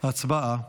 הצבעה.